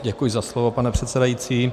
Děkuji za slovo, pane předsedající.